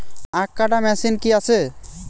আখ কাটা মেশিন কি আছে?